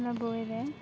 ᱚᱱᱟ ᱵᱳᱭᱨᱮ